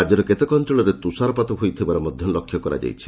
ରାଜ୍ୟର କେତେକ ଅଅଳରେ ତୁଷାରପାତ ହୋଇଥିବାର ମଧ୍ଧ ଲକ୍ଷ୍ୟ କରାଯାଇଛି